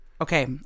Okay